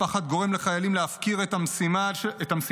הפחד גורם לחיילים להפקיר את המשימה שלהם,